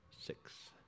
six